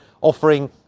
offering